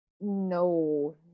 No